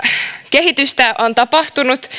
kehitystä on tapahtunut